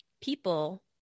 people